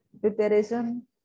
preparation